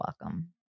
welcome